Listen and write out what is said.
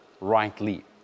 rightly